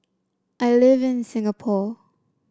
I live in Singapore